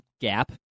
gap